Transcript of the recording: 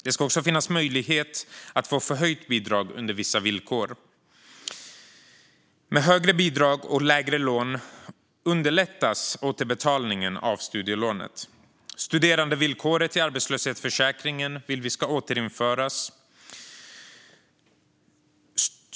Det ska också finnas möjlighet att få förhöjt bidrag under vissa villkor. Med högre bidrag och lägre lån underlättas återbetalningen av studielånet. Vi vill att studerandevillkoret i arbetslöshetsförsäkringen ska återinföras.